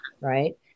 Right